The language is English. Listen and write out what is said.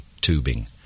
tubing